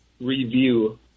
review